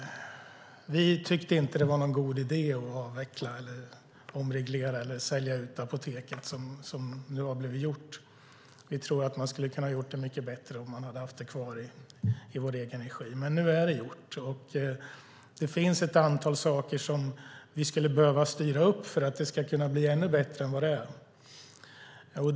Vi tyckte inte att det var någon god idé att avveckla, omreglera eller sälja ut apoteken, vilket nu har gjorts. Vi tror att man hade kunnat göra det mycket bättre om man hade haft det kvar i egen regi. Nu är det dock gjort. Det finns ett antal saker vi skulle behöva styra upp för att det ska bli ännu bättre än vad det är.